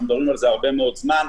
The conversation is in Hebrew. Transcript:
אנחנו מדברים על זה הרבה מאוד זמן.